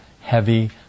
heavy